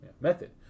Method